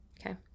Okay